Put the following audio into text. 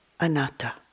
anatta